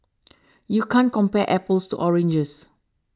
you can't compare apples to oranges